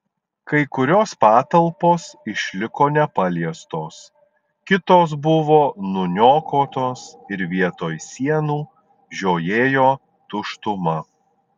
kai kurios patalpos išliko nepaliestos kitos buvo nuniokotos ir vietoj sienų žiojėjo tuštuma